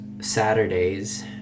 Saturdays